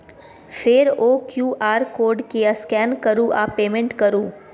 फेर ओ QR code केँ स्कैन करु आ पेमेंट करु